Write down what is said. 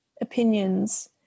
opinions